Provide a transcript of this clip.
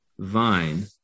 Vine